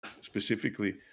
specifically